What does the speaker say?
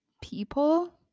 people